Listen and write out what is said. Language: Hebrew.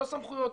לא סמכויות.